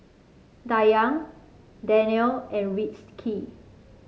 Dayang Danial and Rizqi